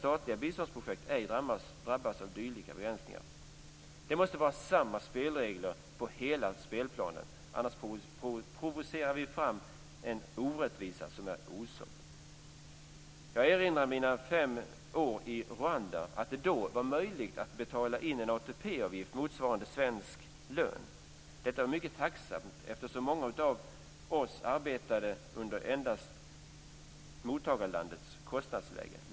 Statliga biståndsprojekt drabbas inte av dylika begränsningar. Det måste vara samma spelregler på hela spelplanen, annars provocerar vi fram en orättvisa som är osund. Jag erinrar mig att det under mina fem år i Rwanda var möjligt att betala in en ATP-avgift motsvarande svensk lön. Detta var mycket tacknämligt eftersom många av oss endast fick lön i relation till mottagarlandets kostnadsläge.